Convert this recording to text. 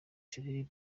caleb